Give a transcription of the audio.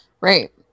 Right